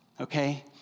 okay